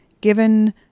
given